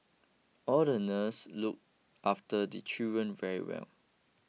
all the nurse look after the children very well